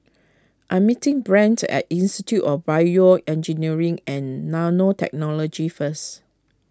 I am meeting Brent at Institute of BioEngineering and Nanotechnology first